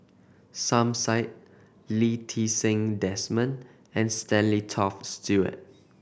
Som Said Lee Ti Seng Desmond and Stanley Toft Stewart